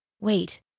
Wait